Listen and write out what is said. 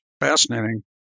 fascinating